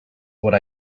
what